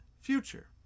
future